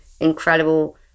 incredible